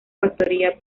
factoría